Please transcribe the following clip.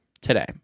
today